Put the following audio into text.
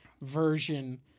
version